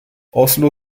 oslo